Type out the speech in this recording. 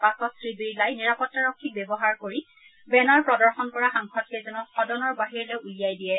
পাছত শ্ৰীবিৰলাই নিৰাপত্তাৰক্ষীক ব্যৱহাৰ কৰি বেনাৰ প্ৰদৰ্শন কৰা সাংসদকেইজনক সদনৰ বাহিৰলৈ উলিয়াই দিয়ে